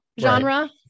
genre